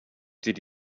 did